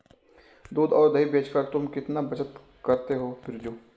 दूध और दही बेचकर तुम कितना बचत करते हो बिरजू?